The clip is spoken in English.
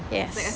yes